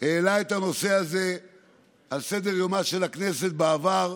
שהעלה את הנושא הזה על סדר-יומה של הכנסת בעבר.